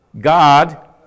God